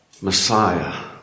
Messiah